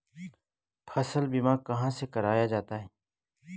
फसल बीमा कहाँ से कराया जाता है?